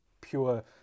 pure